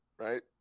right